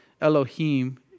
Elohim